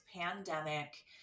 pandemic